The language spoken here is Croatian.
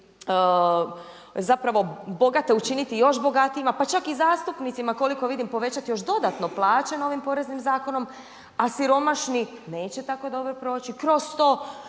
zapravo bogate učiniti još bogatijima, pa čak i zastupnicima koliko vidim povećati još dodatno plaće novim Poreznim zakonom a siromašni neće tako dobro proći. Kroz to